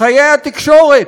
חיי התקשורת.